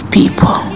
people